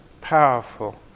powerful